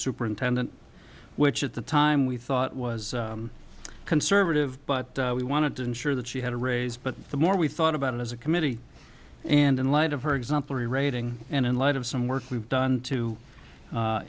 superintendent which at the time we thought was conservative but we wanted to ensure that she had a raise but the more we thought about it as a committee and in light of her exemplary rating and in light of some work we've done to